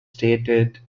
stated